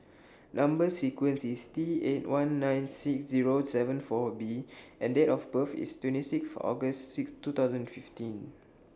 Number sequence IS T eight one nine six Zero seven four B and Date of birth IS twenty Sixth August six two thousand fifteen